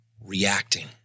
reacting